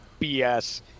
BS